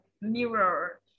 mirror